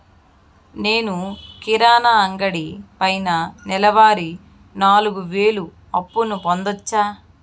నేను కిరాణా అంగడి పైన నెలవారి నాలుగు వేలు అప్పును పొందొచ్చా?